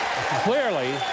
Clearly